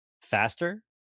faster